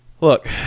Look